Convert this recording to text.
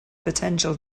potential